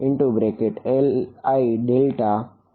તેથી આ TkxylkLiLj LjLi છે